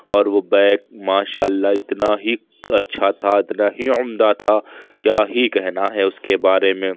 اور وہ بیگ ماشاء اللہ اتنا ہی اچھا تھا اتنا ہی عمدہ تھا کیا ہی کہنا ہے اس کے بارے میں